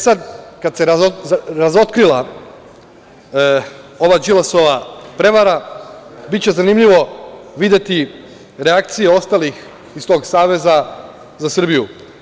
Sada kada se razotkrila ova Đilasova prevara biće zanimljivo videti reakcije ostalih iz tog Saveza za Srbiju.